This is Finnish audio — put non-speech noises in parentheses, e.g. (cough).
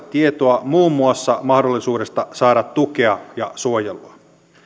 (unintelligible) tietoa muun muassa mahdollisuudesta saada tukea ja suojelua